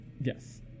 Yes